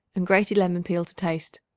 and grated lemon peel to taste.